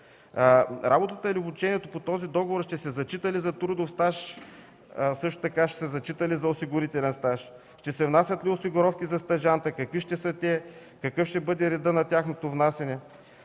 Работата или обучението по този договор ще се зачита ли и за трудов стаж, а също така и за осигурителен стаж? Ще се внасят ли осигуровки за стажанта, какви ще са те, какъв ще бъде редът на тяхното внасяне?